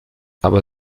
aber